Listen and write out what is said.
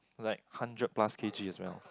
like hundred plus K_G as well